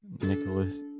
Nicholas